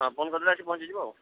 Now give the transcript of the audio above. ହଁ ଫୋନ୍ କରିଦେଲେ ଆସି ପହଁଞ୍ଚି ଯିବ ଆଉ